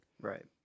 right